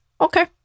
Okay